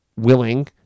willing